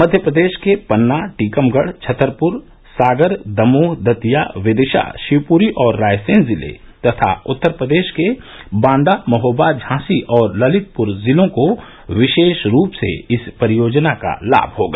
मध्यप्रदेश के पन्ना टीकमगढ़ छतरपुर सागर दमोह दतिया विदिशा शिवपुरी और रायसेन जिले तथा उत्तर प्रदेश के बांदा महोबा झांसी और ललितप्र जिलों को विशेष रूप से इस परियोजना का लाभ होगा